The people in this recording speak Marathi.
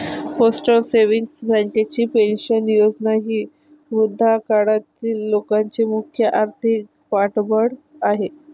पोस्टल सेव्हिंग्ज बँकेची पेन्शन योजना ही वृद्धापकाळातील लोकांचे मुख्य आर्थिक पाठबळ आहे